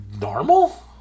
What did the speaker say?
normal